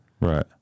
Right